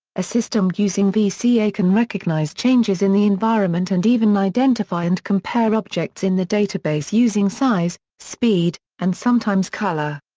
a system using vca can recognize changes in the environment and even identify and compare objects in the database using size, speed, and sometimes colour.